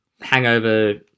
hangover